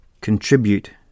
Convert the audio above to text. contribute